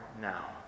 now